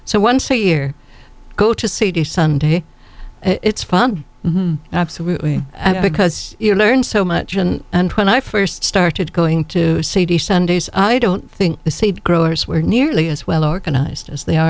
so once a year go to seed a sunday it's fun absolutely because you learn so much and when i first started going to city sundays i don't think the seed growers were nearly as well organized as they are